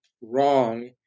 wrong